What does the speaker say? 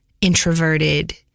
introverted